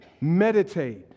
meditate